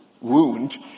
wound